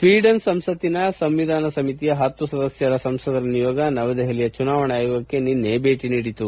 Sweden ಸಂಸತ್ತಿನ ಸಂವಿಧಾನ ಸಮಿತಿಯ ಹತ್ತು ಸದಸ್ಯರ ಸಂಸದರ ನಿಯೋಗ ನವದೆಹಲಿಯ ಚುನಾವಣಾ ಆಯೋಗಕ್ಕೆ ನಿನ್ನೆ ಭೇಟಿ ನೀಡಿತು